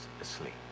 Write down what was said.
asleep